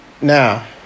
now